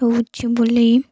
ହଉଛି ବୋଲି